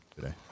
today